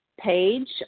page